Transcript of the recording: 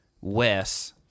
Wes